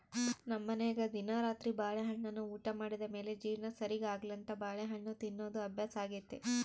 ನಮ್ಮನೆಗ ದಿನಾ ರಾತ್ರಿ ಬಾಳೆಹಣ್ಣನ್ನ ಊಟ ಮಾಡಿದ ಮೇಲೆ ಜೀರ್ಣ ಸರಿಗೆ ಆಗ್ಲೆಂತ ಬಾಳೆಹಣ್ಣು ತಿನ್ನೋದು ಅಭ್ಯಾಸಾಗೆತೆ